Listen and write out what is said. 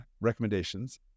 recommendations